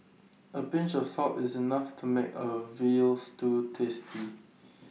A pinch of salt is enough to make A Veal Stew tasty